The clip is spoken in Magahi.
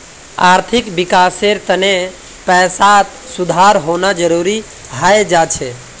आर्थिक विकासेर तने पैसात सुधार होना जरुरी हय जा छे